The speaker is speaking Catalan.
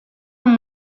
amb